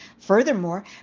Furthermore